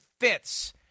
fits